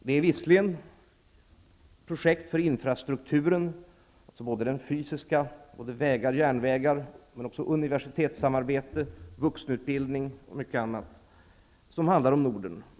Det är visserligen projekt för infrastrukturen, dvs. både den fysiska med järnvägar och vägar och för universitetssamarbete, vuxenutbildning och mycket annat som handlar om Norden.